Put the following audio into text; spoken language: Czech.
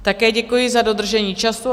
Také děkuji za dodržení času.